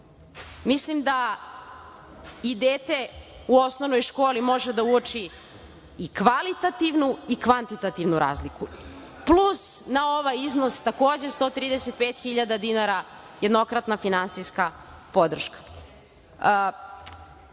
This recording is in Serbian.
Mislim da i dete u osnovnoj školi može da uoči i kvalitativnu i kvantitativnu razliku. Plus, na ovaj iznos, takođe, 135.000 dinara jednokratna finansijska podrška. Četvrto